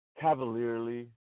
cavalierly